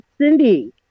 Cindy